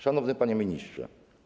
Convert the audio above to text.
Szanowny Panie Ministrze!